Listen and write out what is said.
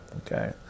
okay